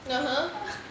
(uh huh)